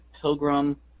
Pilgrim